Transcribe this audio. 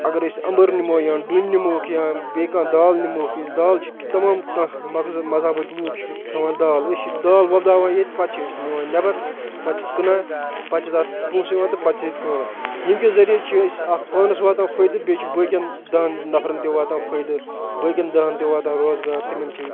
اَگر أسۍ اَمبٕرۍ نِمو یا ڈوٗنۍ نِمووکھ یا بیٚیہِ کانٛہہ دال نِمووکھ أسۍ دال چھِ تَمام کانٛہہ مَذہَبٕکۍ لوٗکھ چھِ کھٮ۪وان دال أسۍ چھِ دال وۄپداوان ییٚتہِ پَتہٕ چھِ أسۍ نِوان نٮ۪بَر پَتہٕ چھِ کٕنان پَتہٕ چھِ تَتھ پونٛسہٕ یِوان تہٕ پَتہٕ چھِ ییٚتہِ ییٚمۍ کہِ ذٔریہِ چھِ أسۍ اَکھ پانَس واتان فٲیدٕ بیٚیہِ چھِ بٲقِیَن دَہَن نَفرَن تہِ واتان فٲیدٕ بٲقیَن دَہَن تہِ واتان روزگار تِمَن چھِ